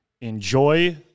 enjoy